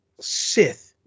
Sith